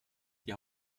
die